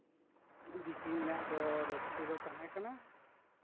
ᱵᱤᱥᱤ ᱤᱧᱟᱹᱜ ᱫᱚ ᱨᱟᱹᱥᱠᱟᱹ ᱫᱚ ᱛᱟᱦᱮᱸ ᱠᱟᱱᱟ